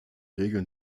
regeln